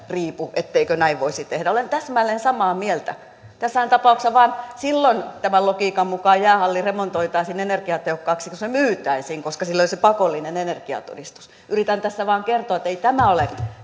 riipu etteikö näin voisi tehdä olen täsmälleen samaa mieltä tässähän tapauksessa tämän logiikan mukaan vain silloin jäähalli remontoitaisiin energiatehokkaaksi kun se myytäisiin koska silloin on se pakollinen energiatodistus yritän tässä vain kertoa ettei tämä ole